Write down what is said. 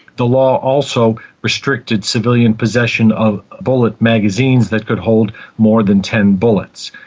the law also restricted civilian possession of bullet magazines that could hold more than ten bullets.